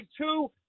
two